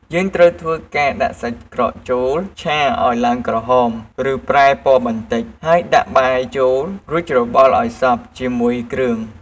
យើងត្រូវធ្វើការ ដាក់សាច់ក្រកចូលឆាឱ្យឡើងក្រហម ឬប្រែពណ៌បន្តិច ហើយដាក់បាយចូល រួចច្របល់ឱ្យសព្វជាមួយគ្រឿង។